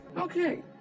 Okay